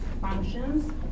functions